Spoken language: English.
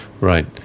right